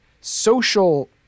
social